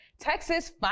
Texas